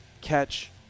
catch